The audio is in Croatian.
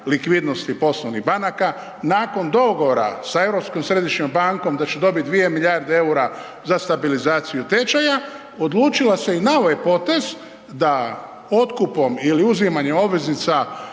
likvidnosti poslovnih banaka, nakon dogovora sa Europskom središnjom bankom, da će dobiti 2 milijarde eura za stabilizaciju tečaja, odlučila se i na ovaj potez, da otkupom ili uzimanjem obveznica